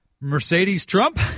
Mercedes-Trump